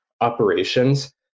operations